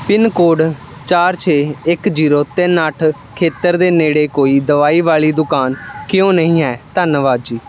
pin code ਚਾਰ ਛੇ ਇੱਕ ਜ਼ੀਰੋ ਤਿੰਨ ਅੱਠ ਖੇਤਰ ਦੇ ਨੇੜੇ ਕੋਈ ਦਵਾਈ ਵਾਲੀ ਦੁਕਾਨ ਕਿਉਂ ਨਹੀਂ ਹੈ ਧੰਨਵਾਦ ਜੀ